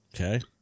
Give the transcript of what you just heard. Okay